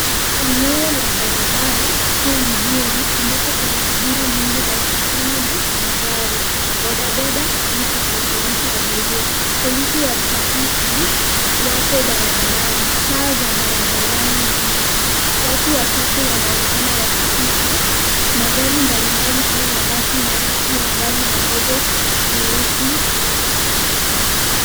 Eneo la barabara kuu mjini, ambapo kuna shughuli nyingi za usafiri na magari. Bodaboda likisafirisha abiria. Polisi wa trafiki, wapo barabani. Taa za barabarani zipo. Watu wachache wanaonekana wakipita. Magari mbalimbali kama mabasi, matatu, magari madogo, meusi.